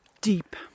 deep